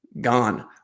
gone